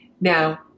Now